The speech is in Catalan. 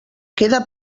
queda